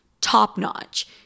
top-notch